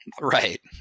Right